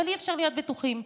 אבל אי-אפשר להיות בטוחים,